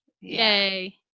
Yay